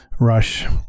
Rush